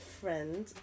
friend